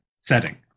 setting